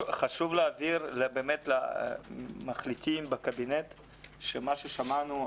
חשוב להבהיר באמת למחליטים בקבינט שמה ששמענו,